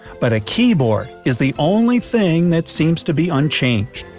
but a keyboard is the only thing that seems to be unchanged.